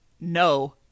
No